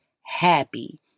happy